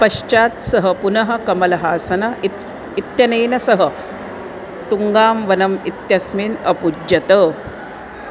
पश्चात् सः पुनः कमलहासन इति इत्यनेन सह तूङ्गा वनम् इत्यस्मिन् अयुज्यत